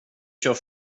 kör